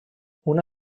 una